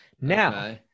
Now